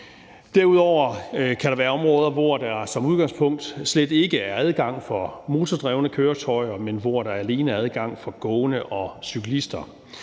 Derudover kan der være områder, hvor der som udgangspunkt slet ikke er adgang for motordrevne køretøjer, men hvor der alene er adgang for gående og cyklister.